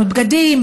חנות בגדים,